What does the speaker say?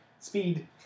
Speed